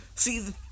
See